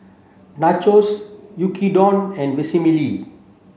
Nachos Yaki Udon and Vermicelli